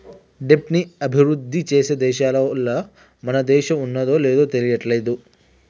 దెబ్ట్ ని అభిరుద్ధి చేసే దేశాలల్ల మన దేశం ఉన్నాదో లేదు తెలియట్లేదు